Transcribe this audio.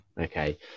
Okay